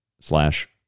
slash